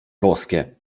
boskie